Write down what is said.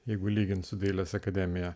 jeigu lyginti su dailės akademija